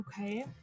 Okay